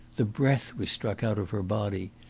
the breath was struck out of her body.